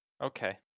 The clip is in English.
Okay